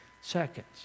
seconds